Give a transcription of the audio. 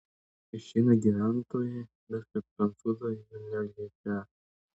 išeina gyventojai bet kad prancūzai jų neliečią